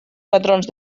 patrons